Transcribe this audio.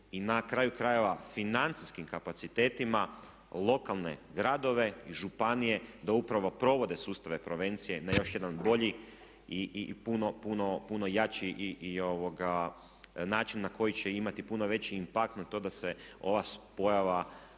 i na kraju krajeva financijskim kapacitetima lokalne gradove i županije da upravo provode sustave prevencije na još jedan bolji i puno jači način na koji će imati puno veći impakt na to da se ova pojava